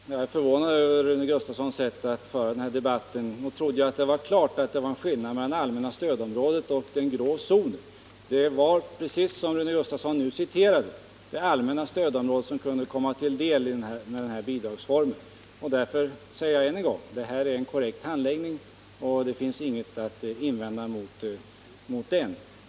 Herr talman! Jag är förvånad över Rune Gustavssons sätt att föra den här debatten. Nog trodde jag att det var klart att det föreligger en skillnad mellan begreppen det allmänna stödområdet och den grå zonen. Det är, precis som Rune Gustavsson nu citerade, inom det allmänna stödområdet som den här bidragsformen kan komma i fråga. Därför säger jag än en gång: Det här är en korrekt handläggning, och det finns inget att invända mot den.